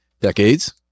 decades